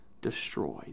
destroyed